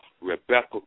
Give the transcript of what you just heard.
Rebecca